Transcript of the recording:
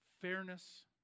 fairness